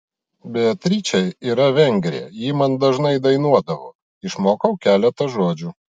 beatričė yra vengrė ji man dažnai dainuodavo išmokau keletą žodžių